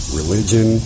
religion